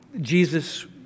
Jesus